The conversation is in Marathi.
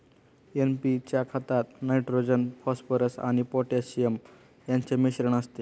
एन.पी च्या खतात नायट्रोजन, फॉस्फरस आणि पोटॅशियम यांचे मिश्रण असते